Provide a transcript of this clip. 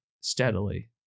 steadily